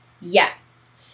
Yes